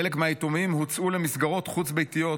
חלק מהיתומים הוצאו למסגרות חוץ ביתיות,